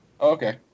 Okay